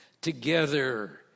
together